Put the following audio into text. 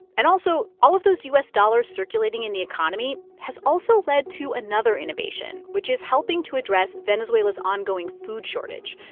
and also, all of those u s. dollars circulating in the economy has also led to another innovation which is helping to address venezuela's ongoing food shortage.